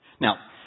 Now